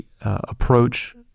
approach